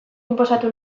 inposatu